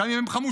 גם אם הם חמושים.